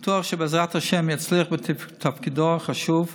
ואני בטוח שבעזרת השם יצליח בתפקידו החשוב והמאתגר.